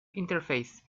interface